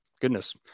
goodness